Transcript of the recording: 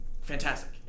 fantastic